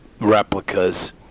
Replicas